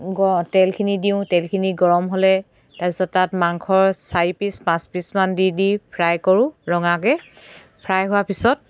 তেলখিনি দিওঁ তেলখিনি গৰম হ'লে তাৰপিছত তাত মাংস চাৰি পিচ পাঁচ পিচমান দি দি ফ্ৰাই কৰোঁ ৰঙাকৈ ফ্ৰাই হোৱা পিছত